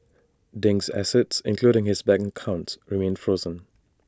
Ding's assets including his bank accounts remain frozen